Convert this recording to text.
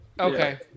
Okay